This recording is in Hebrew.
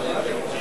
בבקשה.